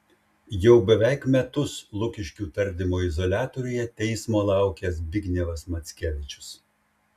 jau beveik metus lukiškių tardymo izoliatoriuje teismo laukia zbignevas mackevičius